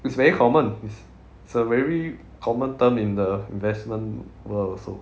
it's very common it's a very common term in the investment world also